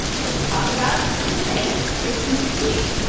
let's talk about the debate. it's in two weeks,